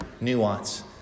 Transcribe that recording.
nuance